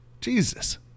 Jesus